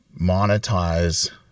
monetize